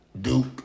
Duke